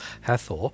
Hathor